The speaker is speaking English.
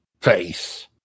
face